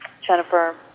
Jennifer